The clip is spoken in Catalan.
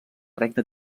regne